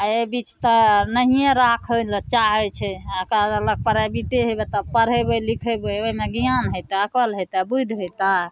एहि बीच तऽ नहिए राखैलए चाहै छै आओर कहि देलक प्राइवेटे हेबे तब पढ़ेबै लिखेबै ओहिमे ज्ञान हेतै अकिल हेतै बुधि हेतै